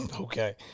okay